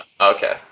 Okay